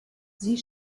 sie